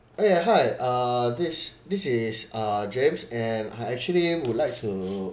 okay hi uh this this is uh james and I actually would like to